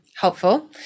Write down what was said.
helpful